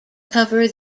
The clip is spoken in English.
cover